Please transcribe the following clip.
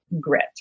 grit